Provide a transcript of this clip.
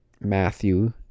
Matthew